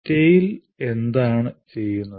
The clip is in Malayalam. TALE എന്താണ് ചെയ്യുന്നത്